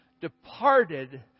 departed